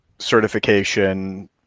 certification